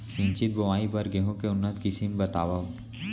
सिंचित बोआई बर गेहूँ के उन्नत किसिम बतावव?